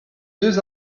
deux